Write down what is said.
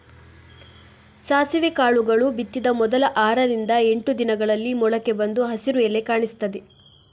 ಸಾಸಿವೆ ಕಾಳುಗಳು ಬಿತ್ತಿದ ಮೊದಲ ಆರರಿಂದ ಎಂಟು ದಿನಗಳಲ್ಲಿ ಮೊಳಕೆ ಬಂದು ಹಸಿರು ಎಲೆ ಕಾಣಿಸ್ತದೆ